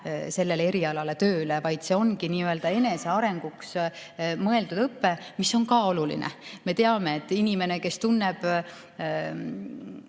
sellele erialale tööle, vaid see ongi nii-öelda enesearenguks mõeldud õpe, mis on ka oluline. Me teame, et inimene, kes saab